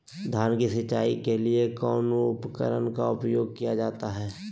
धान की सिंचाई के लिए कौन उपकरण का उपयोग किया जाता है?